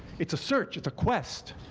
it's a search. it's a quest.